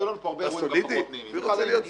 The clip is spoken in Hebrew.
היו לנו הרבה --- פחות נעימים, לכן חשוב